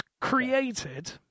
created